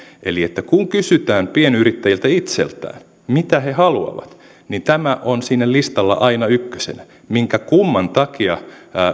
eli kun kysytään pienyrittäjiltä itseltään mitä he haluavat niin tämä on siinä listalla aina ykkösenä minkä kumman takia